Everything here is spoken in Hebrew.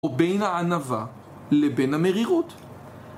הוא בין הענווה לבין המרירות